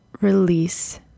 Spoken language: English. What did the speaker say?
release